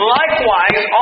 likewise